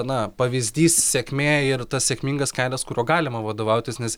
na pavyzdys sėkmė ir tas sėkmingas kelias kuriuo galima vadovautis nes